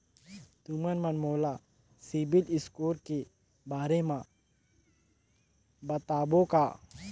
तुमन मन मोला सीबिल स्कोर के बारे म बताबो का?